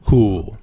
Cool